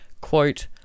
quote